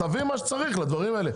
תביא מה שצריך לדברים האלה.